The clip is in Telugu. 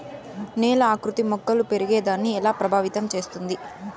నేల ఆకృతి మొక్కలు పెరిగేదాన్ని ఎలా ప్రభావితం చేస్తుంది?